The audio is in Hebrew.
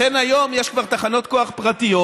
לכן היום כבר יש תחנות כוח פרטיות,